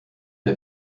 der